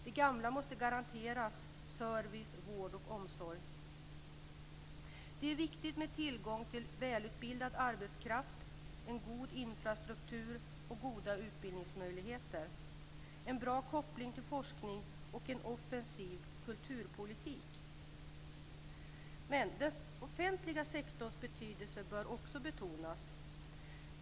De gamla måste garanteras service, vård och omsorg. Det är viktigt med tillgång till välutbildad arbetskraft, en god infrastruktur och goda utbildningsmöjligheter, en bra koppling till forskning och en offensiv kulturpolitik. Den offentliga sektorns betydelse bör också betonas.